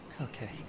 Okay